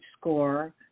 score